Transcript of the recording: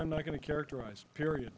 i'm not going to characterize period